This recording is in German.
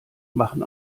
machen